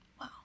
Wow